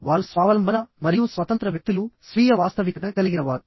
వారు స్వావలంబన మరియు స్వతంత్ర వ్యక్తులు స్వీయ వాస్తవికత కలిగిన వారు